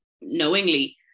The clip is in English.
knowingly